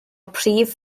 prif